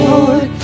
Lord